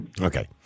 okay